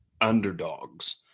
underdogs